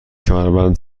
کمربند